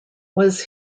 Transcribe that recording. was